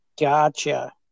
Gotcha